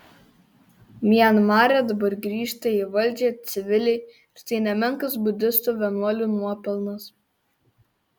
mianmare dabar grįžta į valdžią civiliai ir tai nemenkas budistų vienuolių nuopelnas